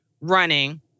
running